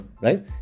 right